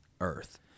earth